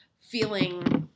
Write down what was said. feeling